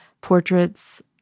portraits